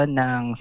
ng